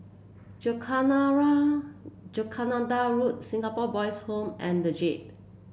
Jacaranda Road Jacaranda Singapore Boys' Home and the Jade